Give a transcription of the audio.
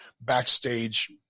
backstage